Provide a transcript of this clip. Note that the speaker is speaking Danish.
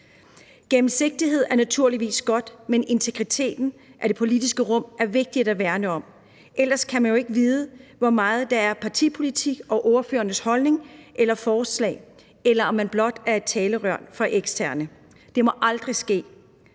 Gennemsigtighed er naturligvis godt, men integriteten af det politiske rum er vigtigt at værne om. Ellers kan man jo ikke vide, hvor meget der er partipolitik og ordførernes holdning eller forslag, eller om de blot er et talerør for eksterne. Det må aldrig ske.